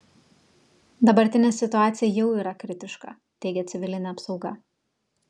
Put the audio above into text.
dabartinė situacija jau yra kritiška teigia civilinė apsauga